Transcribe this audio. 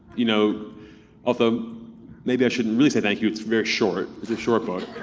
you know although maybe i shouldn't really say thank you, it's very short, it's a short book.